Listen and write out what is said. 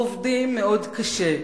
עובדים מאוד קשה,